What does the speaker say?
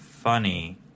funny